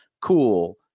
cool